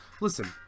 listen